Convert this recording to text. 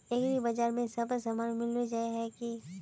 एग्रीबाजार में सब सामान मिलबे जाय है की?